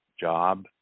job